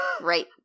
Right